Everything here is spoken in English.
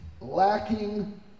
lacking